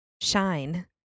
shine